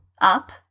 up